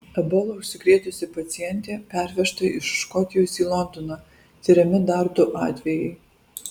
ebola užsikrėtusi pacientė pervežta iš škotijos į londoną tiriami dar du atvejai